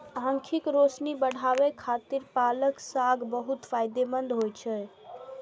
आंखिक रोशनी बढ़ाबै खातिर पालक साग बहुत फायदेमंद होइ छै